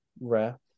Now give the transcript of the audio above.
rare